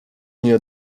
nie